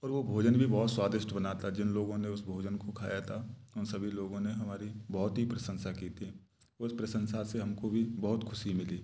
और वो भोजन भी बहुत स्वादिष्ट बना था जिन लोगों ने उस भोजन को खाया था उन सभी लोगों ने हमारी बहुत ही प्रशंसा की थी उस प्रशंसा से हमको भी बहुत खुशी मिली